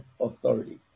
authority